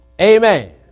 Amen